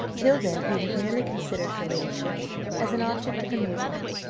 till then, he had merely considered her ladyship as an object of amusement,